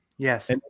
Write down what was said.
Yes